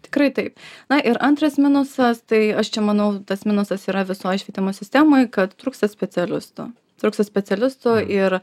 tikrai taip na ir antras minusas tai aš čia manau tas minusas yra visoj švietimo sistemoj kad trūksta specialistų trūksta specialistų ir